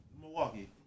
Milwaukee